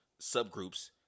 subgroups